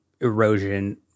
erosion